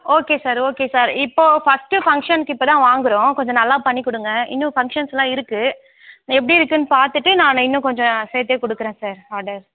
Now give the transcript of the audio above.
okay sir okay sir இப்போ first ஃபங்க்ஷன்க்கு இப்போ தான் வாங்குறோம் கொஞ்சம் நல்லா பண்ணி கொடுங்க இன்னும் ஃபங்க்ஷன்ஸ்லாம் இருக்கு எப்படி இருக்குன்னு பார்த்துட்டு நான் இன்னும் கொஞ்சம் சேர்த்தே கொடுக்குறேன் சார் ஆர்டர்